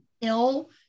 ill